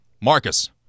marcus